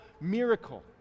miracle